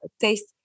taste